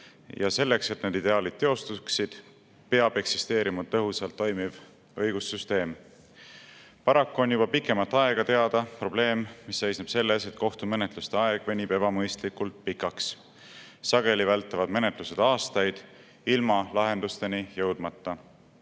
selleks, et need ideaalid teostuksid, peab eksisteerima tõhusalt toimiv õigussüsteem. Paraku on juba pikemat aega teada probleem, mis seisneb selles, et kohtumenetluste aeg venib ebamõistlikult pikaks. Sageli vältavad menetlused aastaid, ilma lahenduseni jõudmata.